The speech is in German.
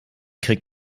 krieg